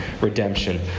redemption